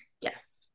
yes